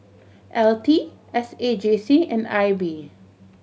L T S A J C and I B